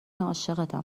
عاشقتم